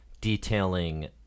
detailing